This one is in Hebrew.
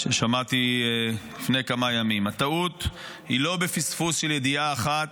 ששמעתי לפני כמה ימים: "הטעות היא לא בפספוס של ידיעה אחת.